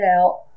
out